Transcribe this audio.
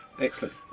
Excellent